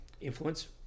influence